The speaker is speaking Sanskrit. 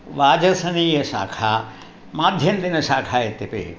वाजसेनीयशाखा माध्यन्दिनीशाखा इत्यपि